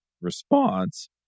response